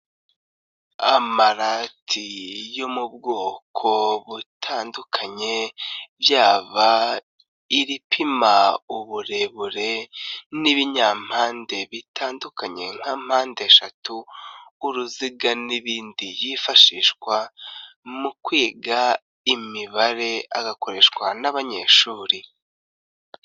Amarati yo mu bwoko butandukanye byaba iripima uburebure, n'ibinyampande bitandukanye nka mpande eshatu, uruziga n'ibindi yifashishwa mu kwiga imibare agakoreshwa n'abanyeshuri.